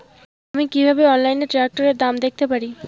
আমি কিভাবে অনলাইনে ট্রাক্টরের দাম দেখতে পারি?